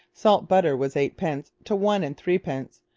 salt butter was eightpence to one-and-threepence.